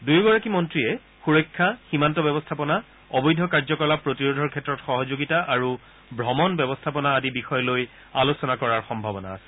দুয়োগৰাকী মন্ত্ৰীয়ে সুৰক্ষা সীমান্ত ব্যৱস্থাপনা অবৈধ কাৰ্যকলাপ প্ৰতিৰোধৰ ক্ষেত্ৰত সহযোগিতা আৰু ভ্ৰমণ ব্যৱস্থাপনা আদি বিষয় লৈ আলোচনা কৰাৰ সম্ভাৱনা আছে